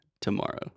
tomorrow